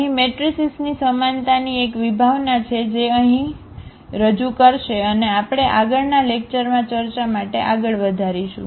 અહીં મેટ્રિસિસની સમાનતાની એક વિભાવના છે જે અહીં રજૂ કરશે અને આપણે આગળના લેક્ચરમાં ચર્ચા માટે આગળ વધારીશું